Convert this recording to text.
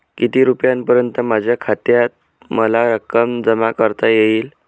किती रुपयांपर्यंत माझ्या खात्यात मला रक्कम जमा करता येईल?